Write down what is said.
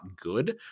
good